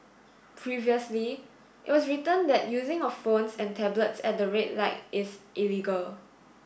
previously it was written that using of phones and tablets at the red light is illegal